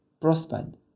prospered